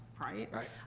right? right.